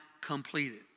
completed